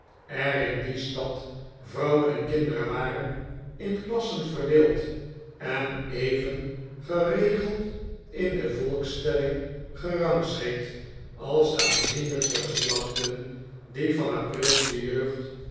in die stad vrouwen en kinderen waren in klassen verdeeld en even geregeld in de volkstelling gerangschikt als de aanzienlijkste geslachten die van haar prilste jeugd